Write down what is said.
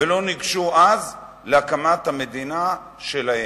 ולא ניגשו אז להקמת המדינה שלהם.